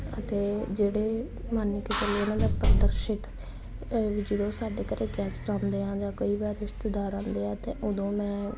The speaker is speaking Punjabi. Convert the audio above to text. ਅਤੇ ਜਿਹੜੇ ਮੰਨ ਕੇ ਚਲੀਏ ਇਹਨਾਂ ਦਾ ਪ੍ਰਦਰਸ਼ਿਤ ਜਦੋਂ ਸਾਡੇ ਘਰੇ ਗੈਸਟ ਆਉਂਦੇ ਆ ਜਾਂ ਕਈ ਵਾਰ ਰਿਸ਼ਤੇਦਾਰ ਆਉਂਦੇ ਆ ਤੇ ਉਦੋਂ ਮੈਂ